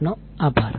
આપનો આભાર